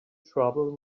trouble